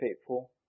faithful